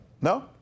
no